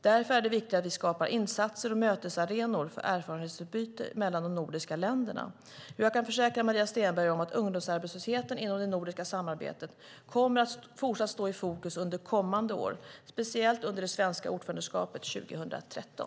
Det är därför viktigt att vi skapar insatser och mötesarenor för erfarenhetsutbyte mellan de nordiska länderna. Jag kan försäkra Maria Stenberg att ungdomsarbetslösheten kommer att fortsätta stå i fokus inom det nordiska samarbetet under kommande år, speciellt under det svenska ordförandeskapet 2013.